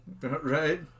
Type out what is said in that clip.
Right